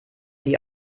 die